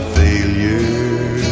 failure